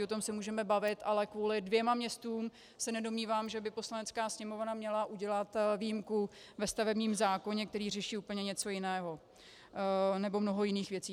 O tom se můžeme bavit, ale kvůli dvěma městům se nedomnívám, že by Poslanecká sněmovna měla udělat výjimku ve stavebním zákoně, který řeší něco úplně jiného, nebo mnoho jiných věcí.